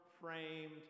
framed